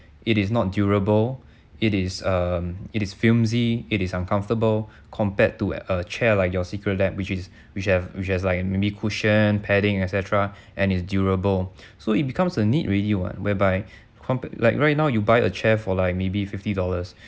it is not durable it is um it is flimsy it is uncomfortable compared to a chair like your secret lab which is which have which has like maybe cushion paddings et cetera and its durable so it becomes a need already what whereby comp~ like right now you buy a chair for like maybe fifty dollars